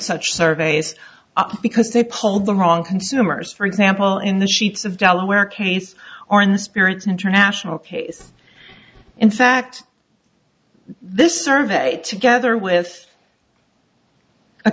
such surveys up because they polled the wrong consumers for example in the sheets of delaware case or in the spirit international case in fact this survey together with a